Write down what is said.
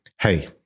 Hey